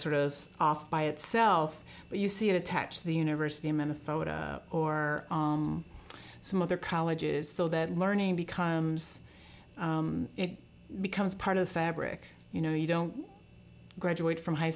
sort of off by itself but you see it attach the university of minnesota or some other colleges so that learning becomes it becomes part of the fabric you know you don't graduate from high